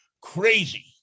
crazy